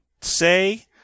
say